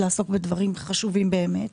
קצת לעסוק בדברים חשובים באמת.